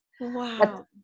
Wow